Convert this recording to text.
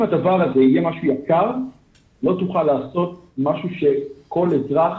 אם הדבר הזה יהיה משהו יקר לא תוכל לעשות משהו שכל אזרח